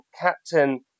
captain